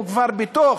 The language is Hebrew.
והוא כבר בתוך.